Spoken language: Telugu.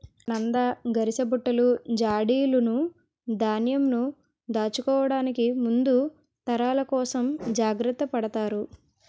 నంద, గరిసబుట్టలు, జాడీలును ధాన్యంను దాచుకోవడానికి ముందు తరాల కోసం జాగ్రత్త పడతారు